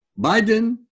Biden